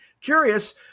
Curious